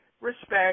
respect